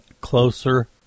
Closer